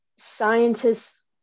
scientists